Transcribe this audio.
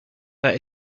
that